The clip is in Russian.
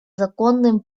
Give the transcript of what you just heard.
законным